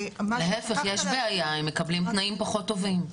להיפך, יש בעיה, הם מקבלים תנאים פחות טובים.